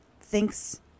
thinks